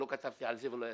לא כתבתי על זה ולא יצאתי,